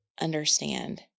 understand